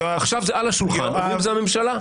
עכשיו זה על השולחן ואומרים: זאת הממשלה.